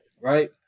right